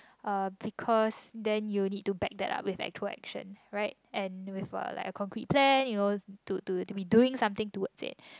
uh because then you need to back that up with actual action right and with a like a concrete plan you know to to be doing something towards it